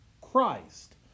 christ